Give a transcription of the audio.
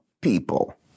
people